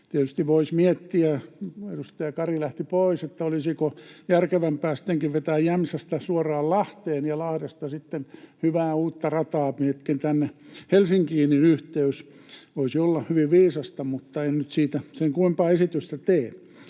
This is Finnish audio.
Tietysti voisi miettiä — edustaja Kari lähti pois — olisiko järkevämpää sittenkin vetää Jämsästä suoraan Lahteen ja Lahdesta sitten hyvää uutta rataa pitkin tänne Helsinkiin yhteys. Voisi olla hyvin viisasta, mutta en nyt siitä sen kummempaa esitystä tee.